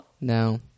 no